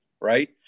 Right